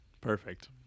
Perfect